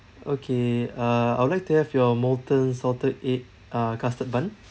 okay uh I would like to have your molten salted egg uh custard bun